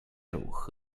ruch